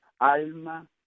alma